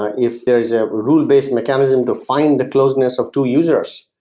ah if there is a rule based mechanism to find the closeness of two users,